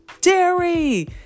dairy